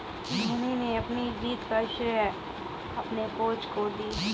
धोनी ने अपनी जीत का श्रेय अपने कोच को दी